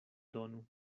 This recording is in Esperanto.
donu